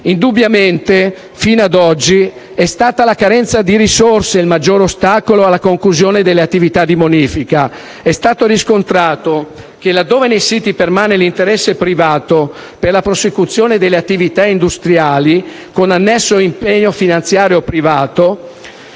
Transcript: Indubbiamente, fino ad oggi è stata la carenza di risorse il maggior ostacolo alla conclusione delle attività di bonifica. È stato riscontrato che, laddove nei siti permane l'interesse privato per la prosecuzione delle attività industriali, con annesso impegno finanziario privato,